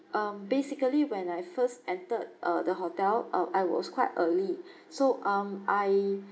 um basically when I first entered uh the hotel uh I was quite early so um I